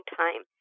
time